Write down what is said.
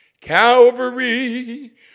Calvary